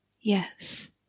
yes